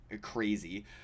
crazy